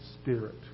Spirit